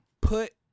Put